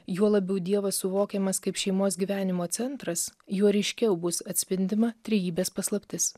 juo labiau dievas suvokiamas kaip šeimos gyvenimo centras juo ryškiau bus atspindima trejybės paslaptis